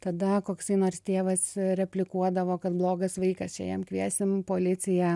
tada koksai nors tėvas replikuodavo kad blogas vaikas čia jam kviesim policiją